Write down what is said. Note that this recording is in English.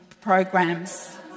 programs